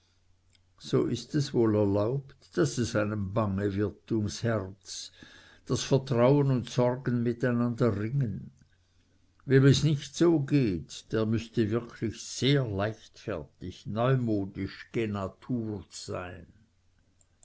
so ist es wohl erlaubt daß es einem bange wird ums herz daß vertrauen und sorgen mit einander ringen wem es nicht so geht der müßte wirklich sehr leichtfertig neumodisch genaturt sein